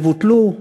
יבוטלו.